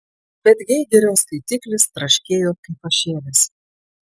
bet geigerio skaitiklis traškėjo kaip pašėlęs